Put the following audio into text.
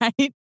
Right